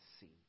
see